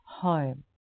home